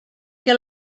que